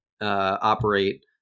operate